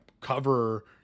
cover